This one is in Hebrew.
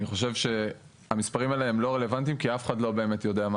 אני חושב שהמספרים האלה הם לא רלוונטיים כי אף אחד לא באמת יודע מה